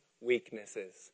weaknesses